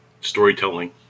storytelling